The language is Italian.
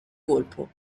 colpo